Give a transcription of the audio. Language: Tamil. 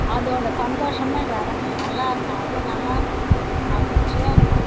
அதோட சந்தோஷமே வேறேங்க நல்லாயிருக்கும் அவ்வளோ நல்லாயிருக்கும் மகிழ்ச்சியாயிருக்கும்